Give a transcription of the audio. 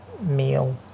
meal